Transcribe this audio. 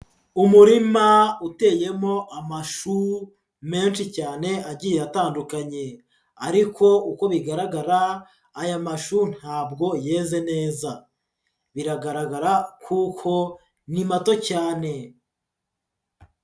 Umurima uteyemo amashu menshi cyane agiye atandukanye ariko uko bigaragara aya mashu ntabwo yeze neza, biragaragara kuko ni mato cyane.